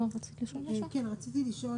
נעה, רצית לשאול